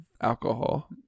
alcohol